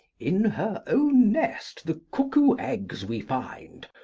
in her own nest the cuckoo eggs we find,